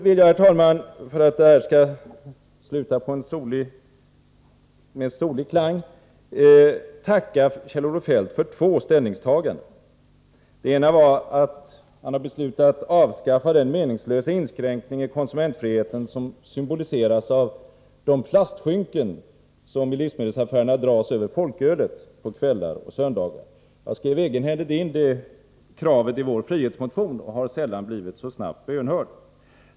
Till slut vill jag, för att avsluta med en klang i dur, tacka Kjell-Olof Feldt för två ställningstaganden. Det ena är att han har beslutat att avskaffa den meningslösa inskränkning i konsumentfriheten som symboliseras av de plastskynken som i livsmedelsaffärerna dras över folkölet på kvällar och söndagar. Jag skrev egenhändigt in detta krav i vår frihetsmotion, och jag har sällan blivit så snabbt bönhörd.